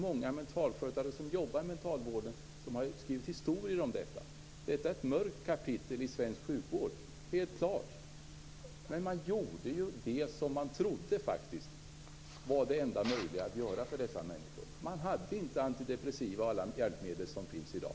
Många mentalskötare som jobbar inom mentalvården har skrivit historia om detta, som helt klart är ett mörkt kapitel i svensk sjukvård. Men man gjorde det som man trodde var det enda möjliga att göra för dessa människor. Man hade inte tillgång till antidepressiva medel och andra hjälpmedel som finns i dag.